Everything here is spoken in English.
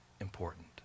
important